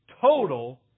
total